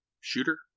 shooter